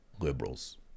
liberals